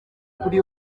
kuri